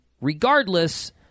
regardless